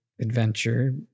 adventure